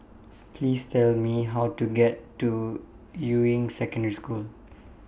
Please Tell Me How to get to Yuying Secondary School